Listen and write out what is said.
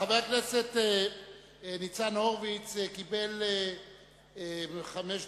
חבר הכנסת ניצן הורוביץ קיבל חמש דקות,